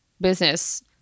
business